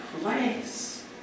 place